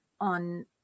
on